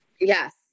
Yes